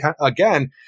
again